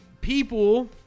people